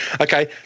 okay